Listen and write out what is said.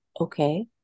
okay